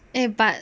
eh but